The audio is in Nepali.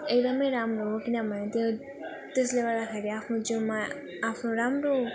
एकदम राम्रो हो किनभने त्यो त्यसले गर्दाखेरि आफ्नो जिउमा आफ्नो राम्रो